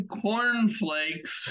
cornflakes